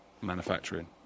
manufacturing